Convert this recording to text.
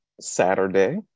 Saturday